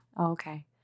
Okay